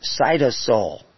cytosol